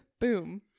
boom